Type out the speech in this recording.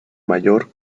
mayor